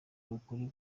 ukuri